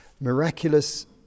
miraculous